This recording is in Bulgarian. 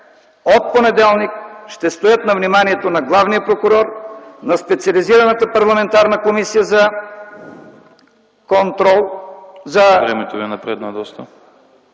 от понеделник ще стоят на вниманието на главния прокурор, на специализираната Парламентарна комисия за контрол на предотвратяване